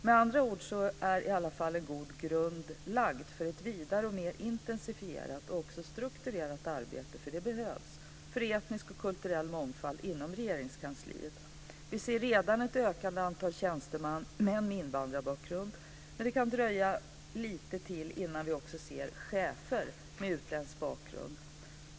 Med andra ord är i alla fall en god grund lagd för ett vidare och mer intensifierat och även strukturerat arbete - för det behövs - för etnisk och kulturell mångfald inom Regeringskansliet. Vi ser redan ett ökande antal tjänstemän med invandrarbakgrund, men det kan dröja lite till innan vi också ser chefer med utländsk bakgrund.